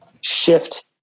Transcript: shift